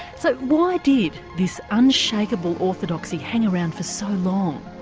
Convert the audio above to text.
so why did this unshakable orthodoxy hang around for so long?